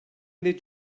did